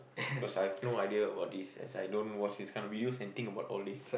cause I have no idea about this as I don't watch this kind of videos and think about all this